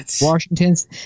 Washington's